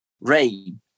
rain